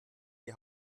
die